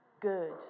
good